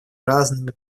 разными